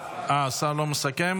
השר לא מסכם.